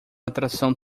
atração